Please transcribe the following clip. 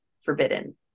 forbidden